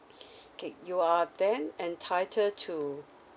okay you are then entitle to